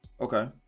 okay